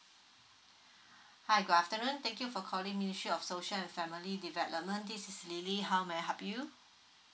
hi good afternoon thank you for calling ministry of social and family development this is lily how may I help you